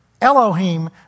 Elohim